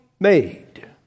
made